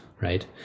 right